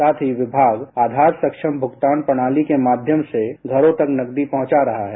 साथ ही विमाग आधार सक्षम भुगतान प्रणाली के माध्यम से घरों तक नकदी पहुंचा रहा है